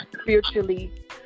Spiritually